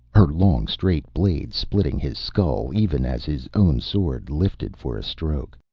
her long straight blade splitting his skull even as his own sword lifted for a stroke.